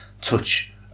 touch